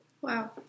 Wow